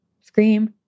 Scream